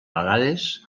vegades